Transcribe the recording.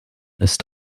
ist